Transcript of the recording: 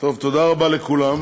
תודה רבה לכולם